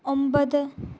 ഒൻപത്